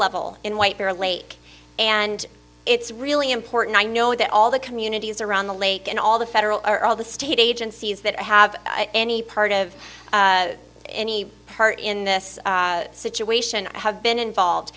level in white bear lake and it's really important i know that all the communities around the lake and all the federal are all the state agencies that have any part of any part in this situation have been involved